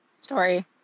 Story